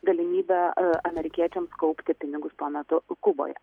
galimybę amerikiečiams kaupti pinigus tuo metu kuboje